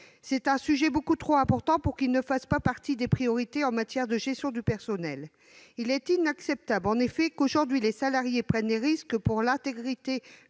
C'est un sujet beaucoup trop important pour qu'il ne fasse pas partie des priorités en matière de gestion du personnel. Il est inacceptable en effet que, aujourd'hui, les salariés prennent des risques au travail